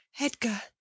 edgar